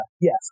Yes